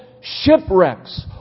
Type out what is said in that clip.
shipwrecks